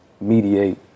mediate